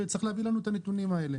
וצריך להביא לנו את הנתונים האלה.